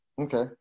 Okay